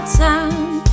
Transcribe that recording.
time